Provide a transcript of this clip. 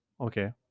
okay